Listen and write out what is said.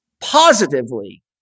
positively